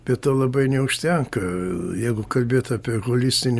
be to labai neužtenka jeigu kalbėt apie holistinį